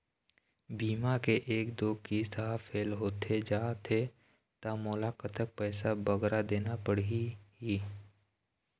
बीमा के एक दो किस्त हा फेल होथे जा थे ता मोला कतक पैसा बगरा देना पड़ही ही?